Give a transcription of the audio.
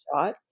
shot